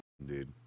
Indeed